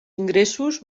ingressos